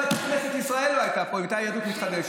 כנסת ישראל לא הייתה פה אם הייתה יהדות מתחדשת.